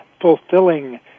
fulfilling